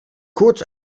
kurz